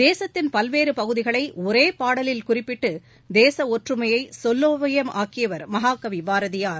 தேசத்தின் பல்வேறு பகுதிகளை ஒரே பாடலில் குறிப்பிட்டு தேச ஒற்றுமையை சொல்லோவியமாக்கியவர் மகாகவி பாரதியார்